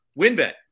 Winbet